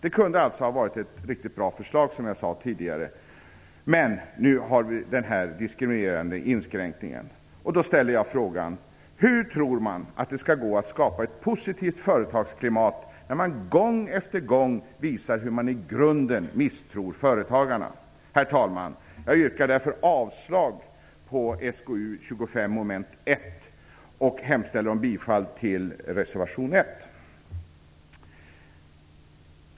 Det kunde alltså ha varit ett riktigt bra förslag, som jag sade tidigare, men nu har vi fått den här diskriminerande inskränkningen. Då ställer jag frågan: Hur tror man att det skall gå att skapa ett positivt företagsklimat när man gång på gång visar hur man i grunden misstror företagarna? Herr talman! Jag yrkar därför avslag på hemställan i SkU25 vad gäller mom. 1 och hemställer om bifall till reservation 1.